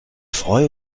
freue